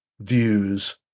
views